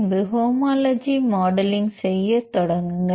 பின்பு homology modelling செய்யத் தொடங்குங்கள்